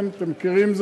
אתם מכירים,